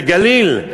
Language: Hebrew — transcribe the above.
זה גליל,